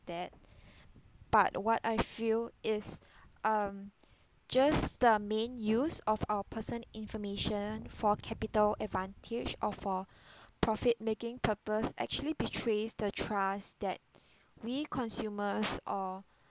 that but what I feel is um just the main use of our person information for capital advantage or for profit making purpose actually betrays the trust that we consumers or